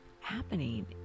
happening